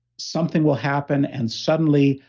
something will happen, and suddenly,